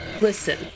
Listen